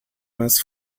más